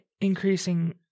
increasing